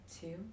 two